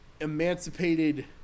emancipated